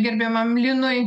gerbiamam linui